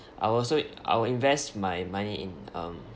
I will also I will invest my money in um